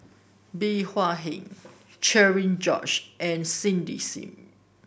Bey Hua Heng Cherian George and Cindy Sim